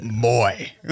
boy